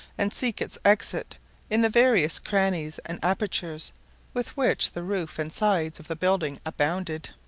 and seek its exit in the various crannies and apertures with which the roof and sides of the building abounded.